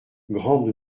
grande